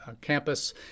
campus